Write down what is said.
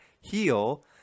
heal